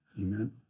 Amen